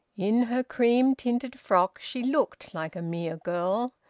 in her cream-tinted frock she looked like a mere girl.